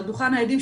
על דוכן העדים,